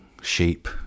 sheep